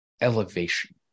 elevation